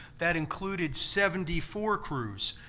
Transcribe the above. that included seventy four crews.